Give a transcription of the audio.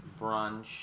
brunch